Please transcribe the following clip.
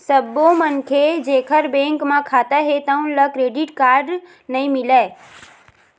सब्बो मनखे जेखर बेंक म खाता हे तउन ल क्रेडिट कारड नइ मिलय